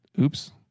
oops